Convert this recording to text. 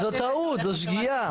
זו טעות, זו שגיאה.